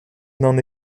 n’en